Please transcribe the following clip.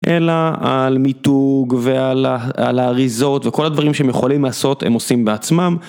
אלא על מיתוג ועל האריזות וכל הדברים שהם יכולים לעשות הם עושים בעצמם.